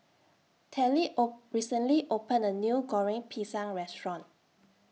Telly O recently opened A New Goreng Pisang Restaurant